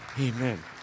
Amen